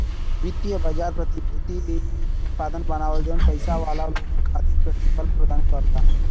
वित्तीय बाजार प्रतिभूति उत्पाद बनावलन जौन पइसा वाला लोगन खातिर प्रतिफल प्रदान करला